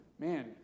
man